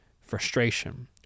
frustration